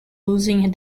losing